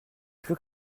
plus